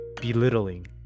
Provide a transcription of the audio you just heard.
belittling